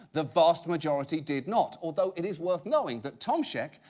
the vast majority did not. although, it is worth knowing that tomsheck,